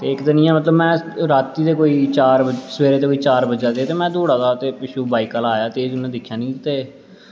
इक दिन मतलब इ'यां कोई सवैरे दे चार बज़ा'रदे हे ते में दौड़ा दा हा पिच्छों बाईक आह्ला आया में दिक्खेआ नेईं ते